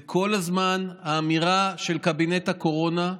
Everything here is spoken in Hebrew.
וכל הזמן האמירה של קבינט הקורונה,